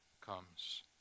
comes